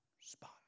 spot